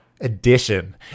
edition